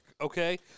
okay